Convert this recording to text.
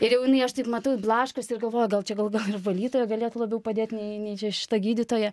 ir jau jinai aš taip matau blaškosi ir galvoja gal čia gal ir valytoja galėtų labiau padėt nei nei čia šita gydytoja